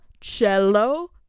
cello